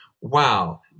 wow